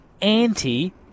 anti